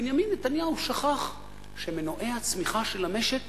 ובנימין נתניהו שכח שמנועי הצמיחה של המשק